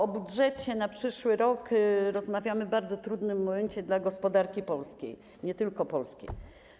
O budżecie na przyszły rok rozmawiamy w bardzo trudnym momencie dla polskiej gospodarki, nie tylko polskiej.